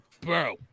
bro